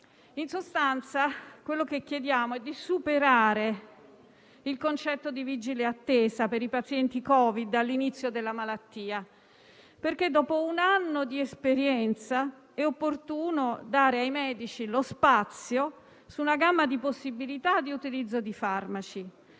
In sostanza, quello che chiediamo è di superare il concetto di vigile attesa per i pazienti Covid all'inizio della malattia. Dopo un anno di esperienza è opportuno dare ai medici lo spazio su una gamma di possibilità di utilizzo di farmaci,